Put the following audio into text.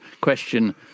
question